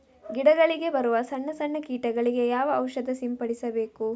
ಗಿಡಗಳಿಗೆ ಬರುವ ಸಣ್ಣ ಸಣ್ಣ ಕೀಟಗಳಿಗೆ ಯಾವ ಔಷಧ ಸಿಂಪಡಿಸಬೇಕು?